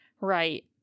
Right